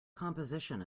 composition